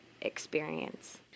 experience